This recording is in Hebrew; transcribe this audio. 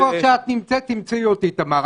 איפה שאת נמצאת תמצאי אותי, תמר.